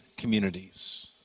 communities